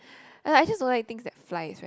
I just don't like things that flies right